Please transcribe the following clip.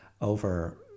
over